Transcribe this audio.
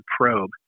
probe